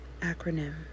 acronym